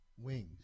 Wings